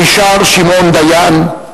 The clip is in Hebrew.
מישר שמעון דיין,